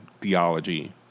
theology